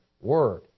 word